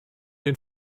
den